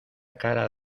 cara